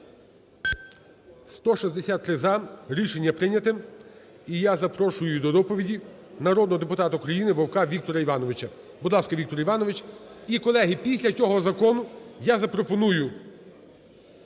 За-163 Рішення прийнято. І я запрошую до доповіді народного депутата України Вовка Віктора Івановича. Будь ласка, Віктор Іванович. І, колеги, після цього закону я запропоную